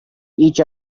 each